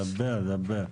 דבר, דבר.